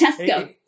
Tesco